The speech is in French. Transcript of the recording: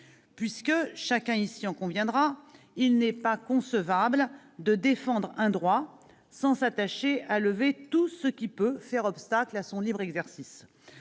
puisque, chacun ici en conviendra, il n'est pas concevable de défendre un droit sans s'attacher à lever tout ce qui peut faire obstacle à son libre exercice.